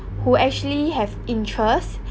who actually have interest